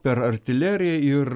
per artileriją ir